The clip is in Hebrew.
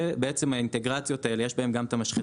ובעצם האינטגרציות האלה יש בהן גם המשחטות,